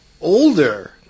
older